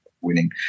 winning